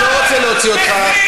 אני לא רוצה להוציא אותך.